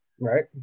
right